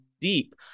deep